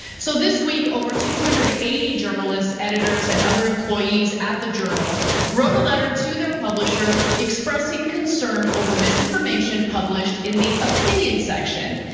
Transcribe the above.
so this week over two hundred and eighty journalists, editors and other employees at the journal wrote a letter to their publisher expressing concern over misinformation published in the opinion section.